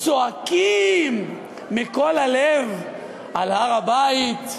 צועקים מכל הלב על הר-הבית,